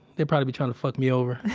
they probably be trying to fuck me over.